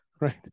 right